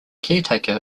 caretaker